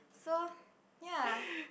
so ya